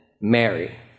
Mary